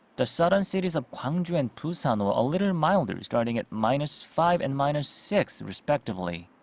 the southern cities of gwangju and busan were a little milder starting at minus five and minus six respectively.